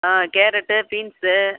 ah carrot beans